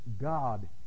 God